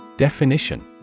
Definition